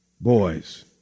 boys